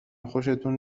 خوشتون